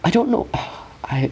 I don't know ugh I